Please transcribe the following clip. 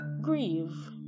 grieve